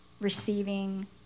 receiving